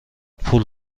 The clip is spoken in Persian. پول